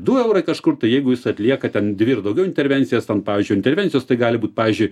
du eurai kažkur tai jeigu jis atlieka ten dvi ir daugiau intervencijas ten pavyzdžiui intervencijos tai gali būt pavyzdžiui